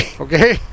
Okay